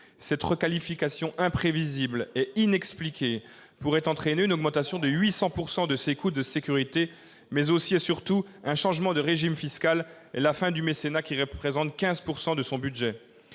Cette requalification imprévisible et inexpliquée pourrait entraîner une augmentation de 800 % de ses coûts de sécurité, mais aussi et surtout un changement de régime fiscal et la fin du mécénat, qui représente 15 % de son budget.